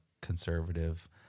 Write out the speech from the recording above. conservative